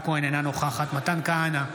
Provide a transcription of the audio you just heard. אינו נוכח מירב כהן, אינה נוכחת מתן כהנא,